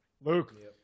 luke